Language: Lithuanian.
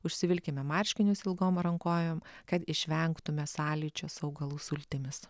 užsivilkime marškinius ilgom rankovėm kad išvengtume sąlyčio su augalų sultimis